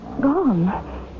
gone